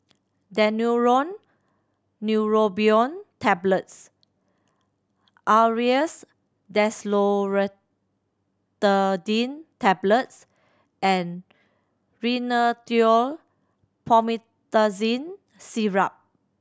Daneuron Neurobion Tablets Aerius DesloratadineTablets and Rhinathiol Promethazine Syrup